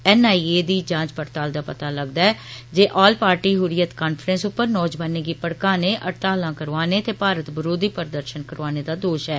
N I A दी जांच पड़ताल च पता लग्गा ऐ जे ऑल पार्टी हुर्रियत कांफ्रैंस उप्पर नौजोआने गी भड़काने हड़ताल करौआने ते भारत बरोधी प्रदर्षन करौआने दा दोष ऐ